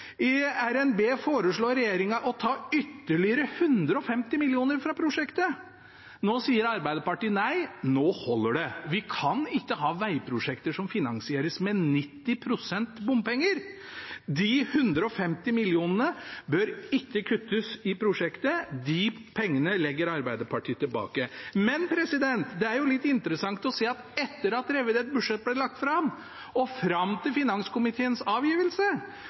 I RNB foreslår regjeringen å ta ytterligere 150 mill. kr fra prosjektet. Nå sier Arbeiderpartiet nei – nå holder det. Vi kan ikke ha vegprosjekter som finansieres med 90 pst. bompenger. De 150 mill. kr bør ikke kuttes i prosjektet, de pengene legger Arbeiderpartiet tilbake. Men det er litt interessant å se at etter at revidert budsjett ble lagt fram, og fram til finanskomiteens avgivelse,